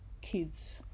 Kids